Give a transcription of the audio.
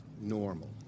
normal